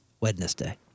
Wednesday